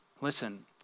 Listen